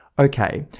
okay,